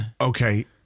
Okay